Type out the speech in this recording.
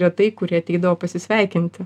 retai kurie ateidavo pasisveikinti